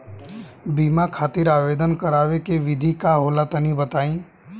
बीमा खातिर आवेदन करावे के विधि का होला तनि बताईं?